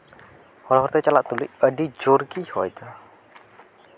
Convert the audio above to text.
ᱦᱚᱨ ᱦᱚᱨᱛᱮ ᱪᱟᱞᱟᱜ ᱛᱩᱞᱩᱡ ᱟᱹᱰᱤ ᱡᱳᱨ ᱜᱮ ᱦᱚᱭ ᱫᱟ